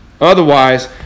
Otherwise